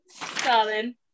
Carlin